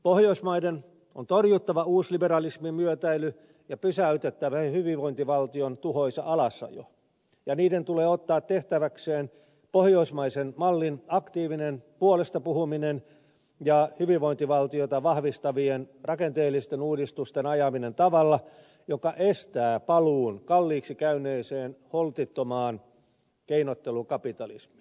pohjoismaiden on torjuttava uusliberalismin myötäily ja pysäytettävä hyvinvointivaltion tuhoisa alasajo ja niiden tulee ottaa tehtäväkseen pohjoismaisen mallin aktiivinen puolesta puhuminen ja hyvinvointivaltiota vahvistavien rakenteellisten uudistusten ajaminen tavalla joka estää paluun kalliiksi käyneeseen holtittomaan keinottelukapitalismiin